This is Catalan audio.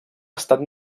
estat